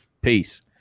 peace